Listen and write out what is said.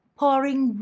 pouring